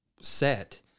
set